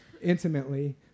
Intimately